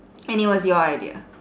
and it was your idea